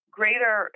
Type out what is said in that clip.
greater